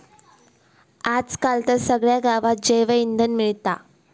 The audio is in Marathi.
आज काल तर सगळ्या गावात जैवइंधन मिळता